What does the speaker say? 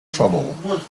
trouble